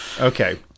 Okay